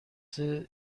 زیردست